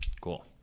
Cool